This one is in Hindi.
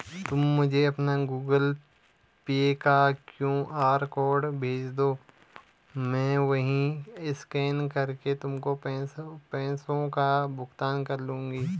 तुम मुझे अपना गूगल पे का क्यू.आर कोड भेजदो, मैं वहीं स्कैन करके तुमको पैसों का भुगतान कर दूंगी